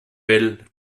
will